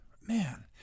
man